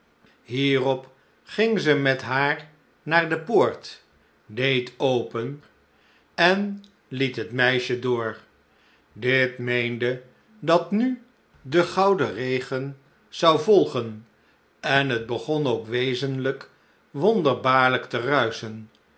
hierop ging ze met haar naar de poort deed open en liet het meisje door dit meende dat nu de gouden regen zou volgen en t begon ook wezenlijk wonderbaarlijk te